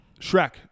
shrek